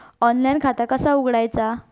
Online खाता कसा उघडायचा?